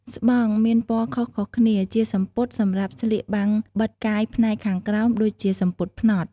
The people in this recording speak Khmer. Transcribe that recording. ស្បង់មានពណ៌ខុសៗគ្នា ជាសំពត់សម្រាប់ស្លៀកបាំងបិទកាយផ្នែកខាងក្រោម ដូចជាសំពត់ផ្នត់។